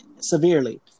severely